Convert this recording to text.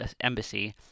embassy